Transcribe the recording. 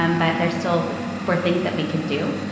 um but there still but were things that we could do.